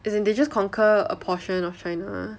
as in they just conquer a portion of china ah